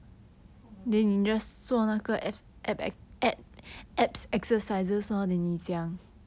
oh my god